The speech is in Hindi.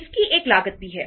इसकी एक लागत भी है